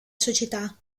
società